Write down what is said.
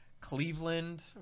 Cleveland